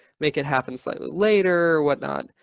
make it happen slightly later or whatnot.